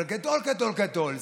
אבל גדול גדול גדול.